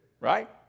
Right